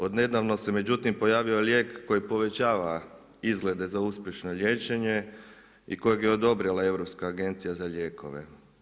Od nedavno se međutim pojavio lijek koji povećava izgleda za uspješno liječenje i kojeg je odobrila Europska agencija za lijekove.